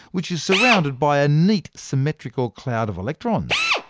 which is surrounded by a neat symmetrical cloud of electrons.